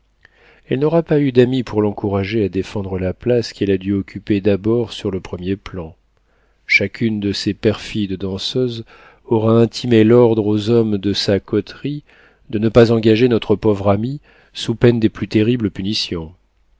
elle n'aura pas eu d'ami pour l'encourager à défendre la place qu'elle a dû occuper d'abord sur le premier plan chacune de ces perfides danseuses aura intimé l'ordre aux hommes de sa coterie de ne pas engager notre pauvre amie sous peine des plus terribles punitions